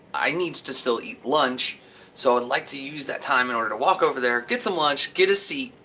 i need to still eat lunch so i'd like to use that time in order to walk over there, get some lunch, get a seat,